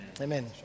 Amen